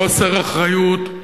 חוסר אחריות,